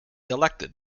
elected